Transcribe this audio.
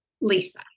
Lisa